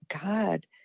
God